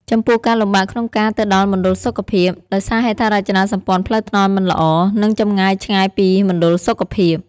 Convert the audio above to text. ចំពោះការលំបាកក្នុងការទៅដល់មណ្ឌលសុខភាព ដោយសារហេដ្ឋារចនាសម្ព័ន្ធផ្លូវថ្នល់មិនល្អ និងចម្ងាយឆ្ងាយពីរមណ្ឌលសុខភាព។